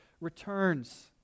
returns